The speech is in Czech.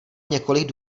několik